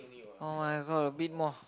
[oh]-my-god a bit more